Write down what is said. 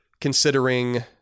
considering